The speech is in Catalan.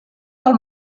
del